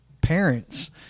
parents